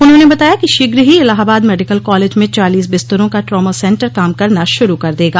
उन्होंने बताया कि शीघ्र ही इलाहाबाद मेडिकल कॉलेज में चालीस बिस्तरों का ट्रामा सेन्टर काम करना शुरू कर देगा